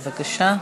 בבקשה.